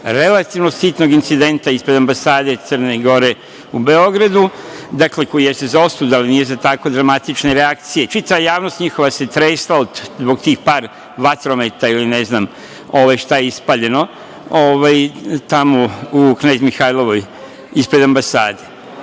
relativno sitnog incidenta ispred Ambasade Crne Gore u Beogradu, dakle, koje jeste za osudu, ali nije za tako dramatične reakcije. Čitava javnost njihova se tresla zbog tih par vatrometa, ili ne znam šta je ispaljeno u Knez Mihailovoj ispred ambasade. Hoću